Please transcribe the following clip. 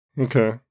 Okay